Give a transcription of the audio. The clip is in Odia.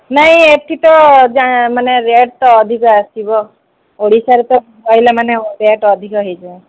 ନାଇଁ ଏଠି ତ ମାନେ ରେଟ୍ ତ ଅଧିକ ଆସିବ ଓଡ଼ିଶାରେ ତ ରହିଲା ମାନେ ରେଟ୍ ଅଧିକ ହୋଇଯିବ